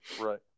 Right